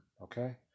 okay